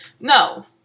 No